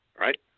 right